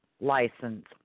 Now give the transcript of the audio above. license